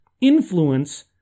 influence